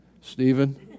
Stephen